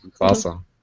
Awesome